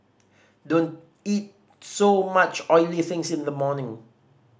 don't eat so much oily things in the morning